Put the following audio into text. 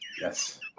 Yes